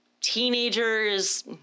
teenagers